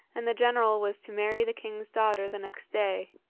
and the general was to marry the king's daughter the next day.